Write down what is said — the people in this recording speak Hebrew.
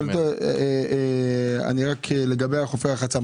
לגבי חופי הרחצה,